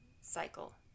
cycle